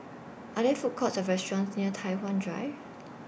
Are There Food Courts Or restaurants near Tai Hwan Drive